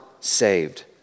saved